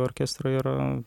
orkestrai yra